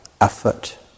effort